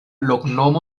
loknomo